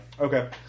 Okay